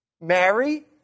Mary